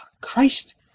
Christ